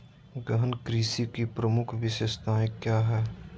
गहन कृषि की प्रमुख विशेषताएं क्या है?